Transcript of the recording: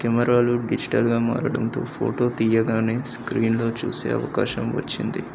కెమెరాలు డిజిటల్గా మారడంతో ఫోటో తీయగానే స్క్రీన్లో చూసే అవకాశం వచ్చింది